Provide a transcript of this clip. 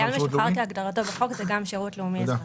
חייל משוחרר כהגדרתו בחוק זה גם שירות לאומי אזרחי.